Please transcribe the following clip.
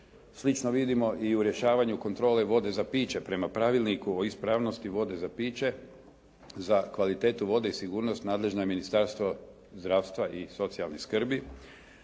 Slično vidimo i u rješavanju kontrole vode za piće. Prema Pravilniku o ispravnosti vode za piće za kvalitetu vode i sigurnost nadležno je Ministarstvo zdravstva i socijalne skrbi.